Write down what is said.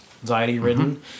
anxiety-ridden